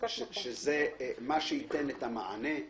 שזה מה שייתן את המענה.